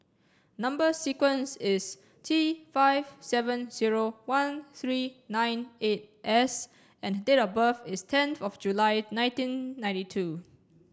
number sequence is T five seven zero one three nine eight S and date of birth is tenth July nineteen ninety two